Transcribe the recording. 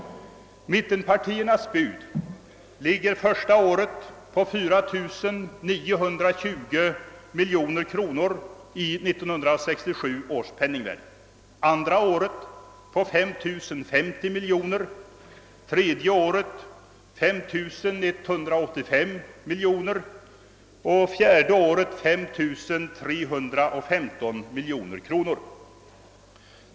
Mittenpartiernas bud ligger för första året på 4 920 miljoner kronor i 1967 års penningvärde, andra året på 5050 miljoner, tredje året på 5185 miljoner och fjärde året på 5 315 miljoner kronor.